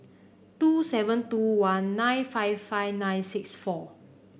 two seven two one nine five five nine six four